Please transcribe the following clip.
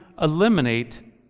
eliminate